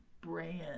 brand